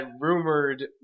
rumored